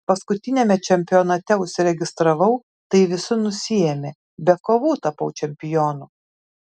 paskutiniame čempionate užsiregistravau tai visi nusiėmė be kovų tapau čempionu